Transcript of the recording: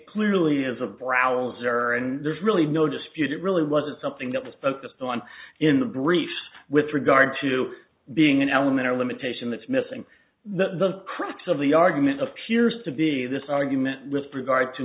clearly is a browser and there's really no dispute it really was something that was focused on in the brief with regard to being an element or limitation that's missing the crux of the argument appears to be this argument with regard to